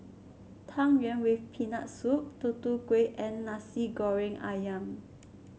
Tang Yuen with Peanut Soup Tutu Kueh and Nasi Goreng ayam